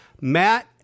Matt